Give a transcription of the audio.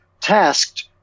tasked